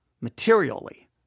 materially